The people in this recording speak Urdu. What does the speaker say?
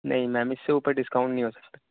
نہیں میم اس سے اوپر ڈسکاؤنٹ نہیں ہو سکتا